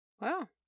Wow